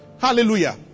Hallelujah